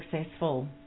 successful